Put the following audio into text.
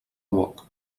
uoc